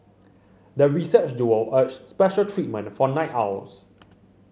the research duo urged special treatment for night owls